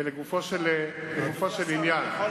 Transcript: לגופו של עניין אדוני השר,